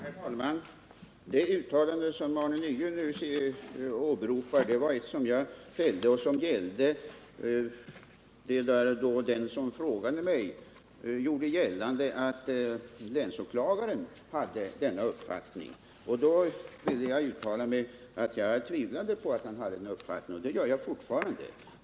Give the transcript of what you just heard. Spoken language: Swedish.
Herr talman! Det uttalande som Arne Nygren nu åberopar var ett som jag fällde, när den som frågade mig gjorde gällande att länsåklagaren hade denna uppfattning. Då ville jag uttala att jag tvivlade på att han hade denna uppfattning — och det gör jag fortfarande.